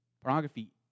Pornography